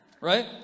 right